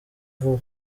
vuba